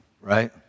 right